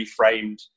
reframed